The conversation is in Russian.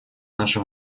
наша